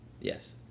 Yes